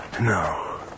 No